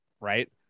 Right